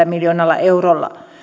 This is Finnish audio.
miljoonalla eurolla